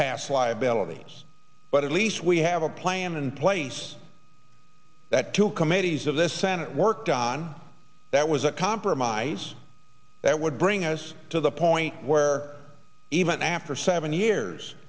past liabilities but at least we have a plan in place that two committees of the senate worked on that was a compromise that would bring us to the point where even after seven